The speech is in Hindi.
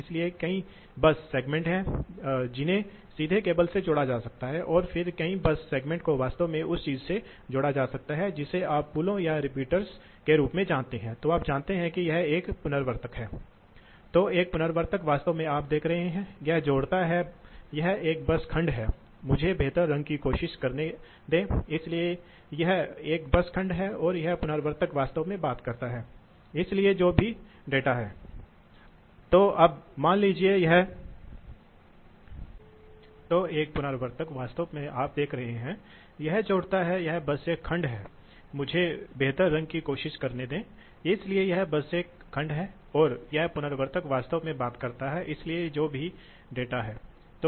अगला नियंत्रण जो प्रयोग किया जाता है उसे पंखे के लिए आउटलेट Outlet डम्पर नियंत्रण कहा जाता है इसलिए आउटलेट Outlet स्पंज का अर्थ है मूल रूप से एक स्पंज का मतलब है आप जानते हैं कि आप इसे नसों के एक सेट की तरह देखते हैं आप इस तरह से जानते हैं आप कभी कभी जानते हैं आपने देखा होगा क्या है जो कहा जाता है जब आप धूप से बाहर रखने के लिए खिड़कियों पर कुछ रखते हैं तो आप जानते हैं कि वे हैं आप अंतराल को बदल सकते हैं आप उन्हें स्थानांतरित कर सकते हैं या तो आप उन्हें इस तरह रख सकते हैं या आप उन्हें इस तरह रख सकते हैं ताकि कुछ हवा बह सके